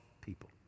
people